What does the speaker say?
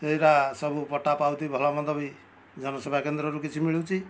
ଏଇରା ସବୁ ପଟାପାଉତି ଭଲମନ୍ଦ ବି ଜନସେବା କେନ୍ଦ୍ରରୁ ମିଳୁଛି